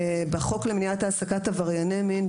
בחוק למניעת העסקת עברייני מין,